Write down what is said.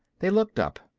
they looked up.